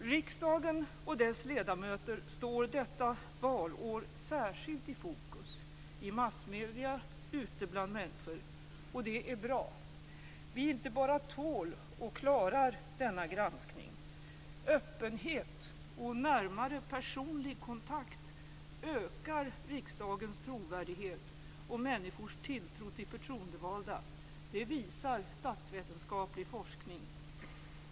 Riksdagen och dess ledamöter står detta valår särskilt i fokus i massmedierna och ute bland människor. Det är bra. Vi inte bara tål och klarar denna granskning. Öppenhet och närmare personlig kontakt ökar också riksdagens trovärdighet och människors tilltro till förtroendevalda. Det visar statsvetenskaplig forskning.